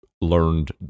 learned